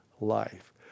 life